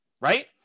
right